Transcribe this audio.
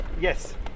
Yes